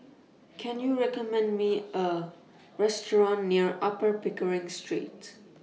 Can YOU recommend Me A Restaurant near Upper Pickering Street